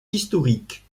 historiques